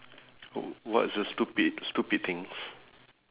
w~ what's the stupid stupid things